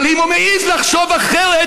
אבל אם הוא מעז לחשוב אחרת,